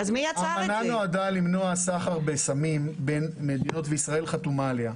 האמנה נועדה למנוע סחר בסמים בין מדינות וישראל חתומה עליה.